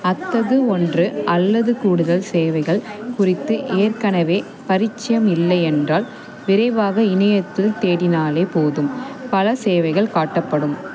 அத்தகு ஒன்று அல்லது கூடுதல் சேவைகள் குறித்து ஏற்கனவே பரிச்சயம் இல்லை என்றால் விரைவாக இணையத்தில் தேடினாலே போதும் பல சேவைகள் காட்டப்படும்